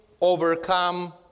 overcome